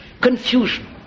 confusion